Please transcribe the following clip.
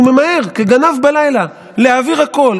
אז הוא ממהר כגנב בלילה להעביר הכול,